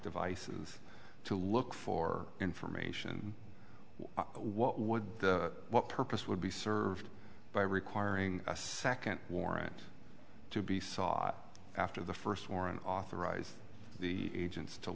devices to look for information what would what purpose would be served by requiring a second warrant to be saw after the first warrant authorize the agents to